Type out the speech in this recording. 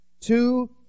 Two